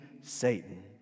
Satan